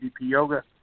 yoga